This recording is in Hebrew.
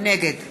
נגד